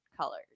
colors